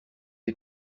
des